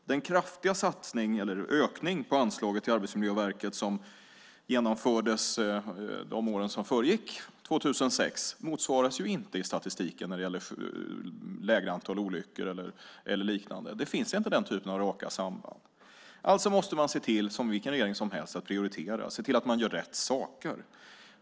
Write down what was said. Den kraftiga ökning av anslaget till Arbetsmiljöverket som genomfördes under de år som föregick 2006 motsvaras inte i statistiken av lägre antal olyckor. Det finns inga sådana raka samband. Man måste alltså, som vilken regering som helst, se till att prioritera och se till att man gör rätt saker.